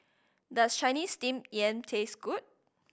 does Chinese Steamed Yam taste good